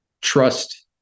trust